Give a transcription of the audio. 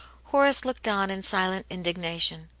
horace looked on in silent indignation,